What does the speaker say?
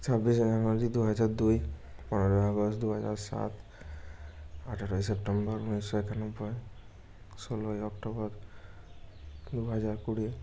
ছাব্বিশে জানুয়ারি দু হাজার দুই পনেরোই আগস্ট দু হাজার সাত আঠেরোই সেপ্টেম্বর উনিশশো একানব্বই ষোলোই অক্টোবর দু হাজার কুড়ি